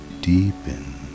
deepen